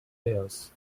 wares